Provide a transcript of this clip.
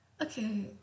okay